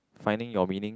finding your meaning